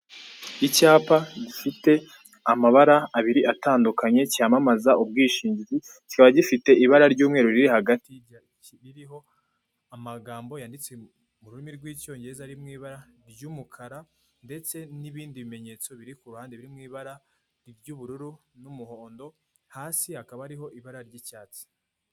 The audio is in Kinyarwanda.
Icyapa gifite amabara abiri atandukanye cyamamaza ubwishingizi, kikaba gifite ibara ry'umweru riri hagati biriho amagambo yanditse mu rurimi rw'icyongereza ari mu ibara ry'umukara ndetse n'ibindi bimenyetso biri ku ruhande biri mu ibara ry'ubururu n'umuhondo hasi hakaba ariho ibara ry'icyatsi.